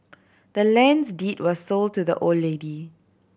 the land's deed was sold to the old lady